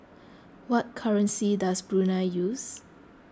what currency does Brunei use